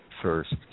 first